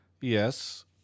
Yes